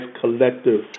collective